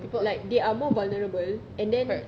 people correct